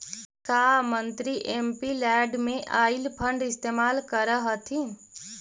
का मंत्री एमपीलैड में आईल फंड इस्तेमाल करअ हथीन